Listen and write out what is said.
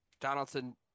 Donaldson